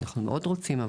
אנחנו מאוד רוצים.